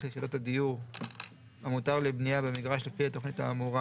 יחידות הדיור המותר לבנייה במגרש לפי התכנית האמורה